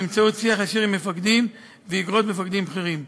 באמצעות שיח ישיר של המפקדים ואיגרות מפקדים בכירים.